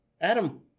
Adam